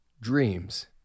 Dreams